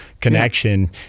connection